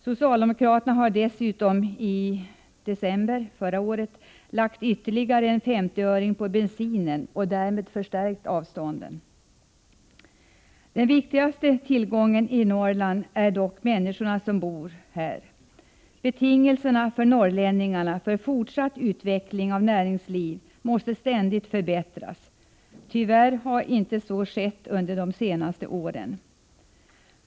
Socialdemokraterna har dessutom i december förra året lagt ytterligare en femtioöring på bensinpriset och därmed förlängt avstånden. Den viktigaste tillgången är dock människorna som bor där. Betingelserna för norrlänningarna för fortsatt utveckling av näringslivet måste ständigt förbättras. Tyvärr har så inte skett under de senaste åren.